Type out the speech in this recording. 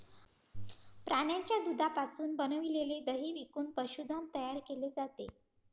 प्राण्यांच्या दुधापासून बनविलेले दही विकून पशुधन तयार केले जाते